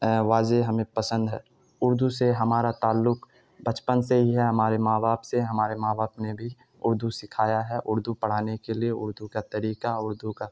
واضح ہمیں پسند ہے اردو سے ہمارا تعلق بچپن سے ہی ہے ہمارے ماں باپ سے ہمارے ماں باپ نے بھی اردو سکھایا ہے اردو پڑھانے کے لیے اردو کا طریقہ اردو کا